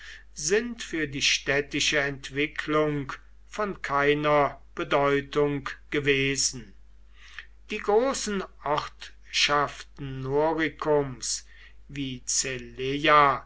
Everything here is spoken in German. sind für die städtische entwicklung von keiner bedeutung gewesen die großen ortschaften noricums wie